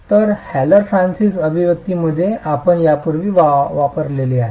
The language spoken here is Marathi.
तर हॅलर फ्रान्सिस अभिव्यक्तीमध्ये आपण यापूर्वी वापरली आहे